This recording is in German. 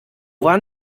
waren